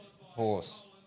horse